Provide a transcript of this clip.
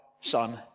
Son